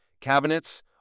cabinets